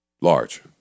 Large